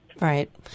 Right